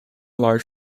large